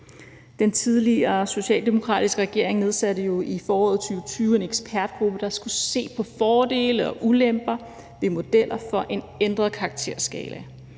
Den tidligere socialdemokratiske regering nedsatte jo i foråret 2020 en ekspertgruppe, der skulle se på fordele og ulemper ved modeller for en ændret karakterskala.